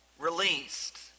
released